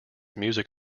music